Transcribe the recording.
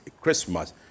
Christmas